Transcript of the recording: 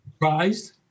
Surprised